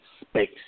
space